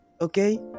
okay